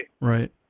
Right